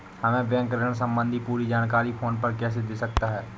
हमें बैंक ऋण संबंधी पूरी जानकारी फोन पर कैसे दे सकता है?